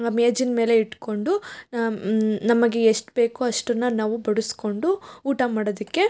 ಆ ಮೇಜಿನ ಮೇಲೆ ಇಟ್ಟುಕೊಂಡು ನಮಗೆ ಎಷ್ಟು ಬೇಕೋ ಅಷ್ಟನ್ನು ನಾವು ಬಡಿಸ್ಕೊಂಡು ಊಟ ಮಾಡೋದಕ್ಕೆ